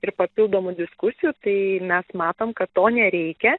ir papildomų diskusijų tai mes matom kad to nereikia